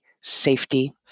safety